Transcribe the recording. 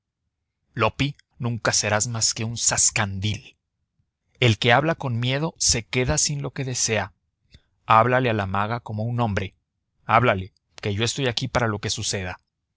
loppi nunca serás más que un zascandil el que habla con miedo se queda sin lo que desea háblale a la maga como un hombre háblale que yo estoy aquí para lo que suceda